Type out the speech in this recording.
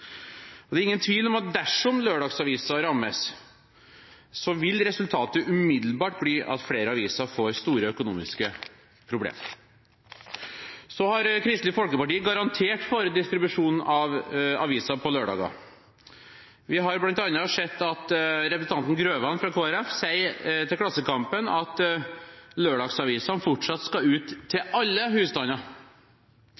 stupet. Det er ingen tvil om at dersom lørdagsavisen rammes, vil resultatet umiddelbart bli at flere aviser får store økonomiske problemer. Kristelig Folkeparti har garantert for distribusjon av aviser på lørdager. Vi har bl.a. sett at representanten Grøvan, fra Kristelig Folkeparti, sier til Klassekampen at lørdagsavisene fortsatt skal ut til alle